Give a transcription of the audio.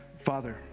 Father